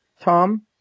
Tom